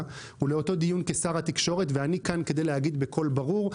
ולאותו דיון כשר התקשורת ואני כאן כדי להגיד בקול ברור,